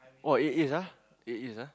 !wah! it is ah it is ah